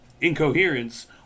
Incoherence